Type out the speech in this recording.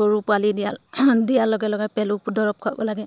গৰু পোৱালি দিয়া দিয়াৰ লগে লগে পেলু দৰৱ খোৱাব লাগে